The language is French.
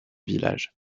village